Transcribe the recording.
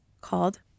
called